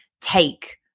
take